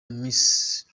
miss